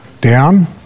down